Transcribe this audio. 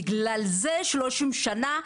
בגלל זה שלושים שנה,